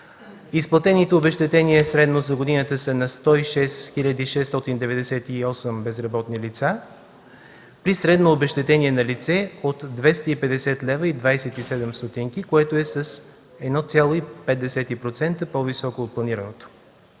Изплатените обезщетения средно за годината са на 106 хил. 698 безработни лица, при средно обезщетение на лице от 250,27 лева, което е с 1,5% по-високо от планираното.